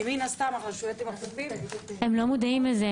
כי מן הסתם הרשויות עם החופים --- הם לא מודעים לזה.